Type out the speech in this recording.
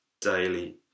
daily